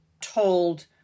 told